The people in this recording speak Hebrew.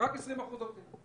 רק 20% עובדים,